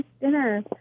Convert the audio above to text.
dinner